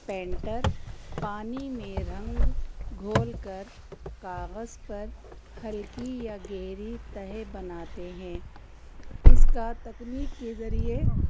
painter پانی میں رنگ گھول کر کاغذ پر ہلکی یا گہری تہیں بناتے ہیں اس کا تکنیک کے ذریعے